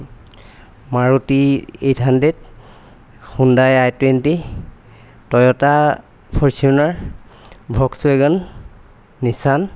Maruti eight hundred Hyundai I twenty Toyota Fortuner Volkswagen Nissan